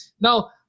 Now